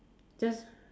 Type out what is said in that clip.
just